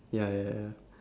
ya ya ya ya